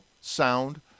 sound